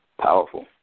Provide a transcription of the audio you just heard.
Powerful